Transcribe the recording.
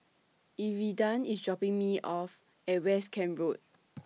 Iridian IS dropping Me off At West Camp Road